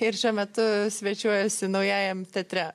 ir šiuo metu svečiuojuosi naujajam teatre